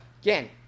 Again